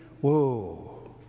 whoa